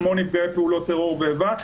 כמו נפגעי פעולות טרור ואיבה,